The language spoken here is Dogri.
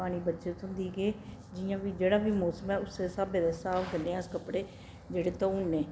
पानी बचत होंदी केह् जियां बी जेह्ड़ा बी मौसम ऐ उस्सै स्हाबै दे स्हाब कन्नै अस कपड़े जेह्ड़े धोने